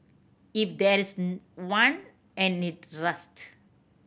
if there's one and it rust